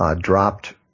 dropped